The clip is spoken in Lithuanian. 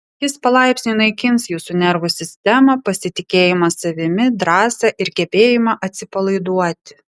jis palaipsniui naikins jūsų nervų sistemą pasitikėjimą savimi drąsą ir gebėjimą atsipalaiduoti